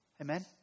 Amen